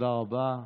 תודה רבה.